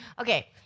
Okay